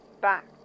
back